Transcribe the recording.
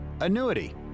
annuity